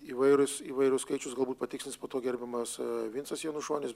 įvairūs įvairūs skaičius galbūt patikslins po to gerbiamas vincas janušonis